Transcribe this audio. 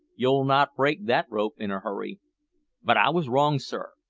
you'll not break that rope in a hurry but i was wrong, sir,